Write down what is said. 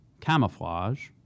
camouflage